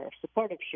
supportive